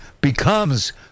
becomes